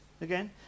again